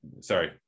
sorry